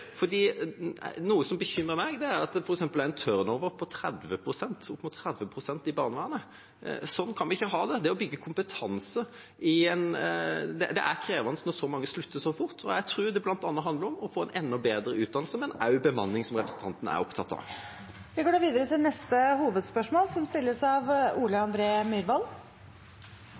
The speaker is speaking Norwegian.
opp mot 30 pst. i barnevernet. Sånn kan vi ikke ha det. Det er krevende når så mange slutter så fort, og jeg tror det bl.a. handler om å få en enda bedre utdannelse, men også bemanning, som representanten er opptatt av. Vi går videre til neste hovedspørsmål. Mitt spørsmål går til klima- og miljøministeren. Vi har to typer klimagassutslipp, de naturlige, som